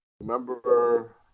Remember